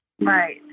Right